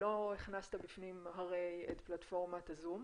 ולא הכנסת בפנים את פלטפורמת הזום.